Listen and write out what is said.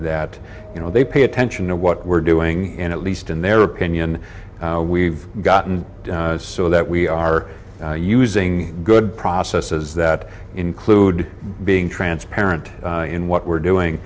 that you know they pay attention to what we're doing and at least in their opinion we've gotten so that we are using good processes that include being transparent in what we're doing